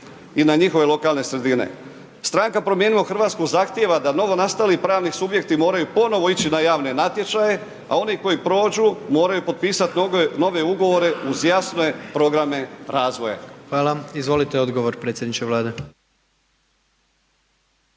i na njihove lokalne sredine. Stranka Promijenimo Hrvatsku, zahtjeva da novonastali pravni subjekti moraju ponovno ići na javne natječaje, a oni koji prođu moraju potpisati nove ugovore, uz jasne programe razvoja. **Jandroković, Gordan (HDZ)** Hvala, izvolite odgovor, predsjedniče Vlade.